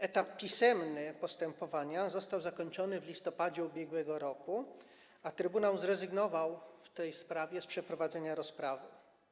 Etap pisemny postępowania został zakończony w listopadzie ub.r., a Trybunał zrezygnował w tej sprawie z przeprowadzenia rozprawy.